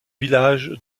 village